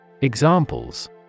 Examples